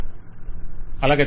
client అలాగే